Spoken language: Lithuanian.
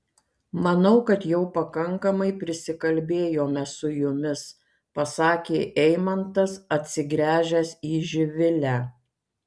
manau kad jau pakankamai prisikalbėjome su jumis pasakė eimantas atsigręžęs į živilę